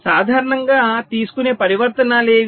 సాధారణంగా తీసుకునే పరివర్తనాలు ఏవి